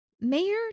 Mayor